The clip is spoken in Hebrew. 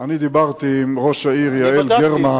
אני דיברתי עם ראש העיר יעל גרמן,